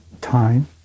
time